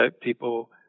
people